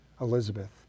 Elizabeth